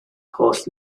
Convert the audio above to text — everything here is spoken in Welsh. holl